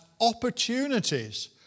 opportunities